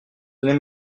n’est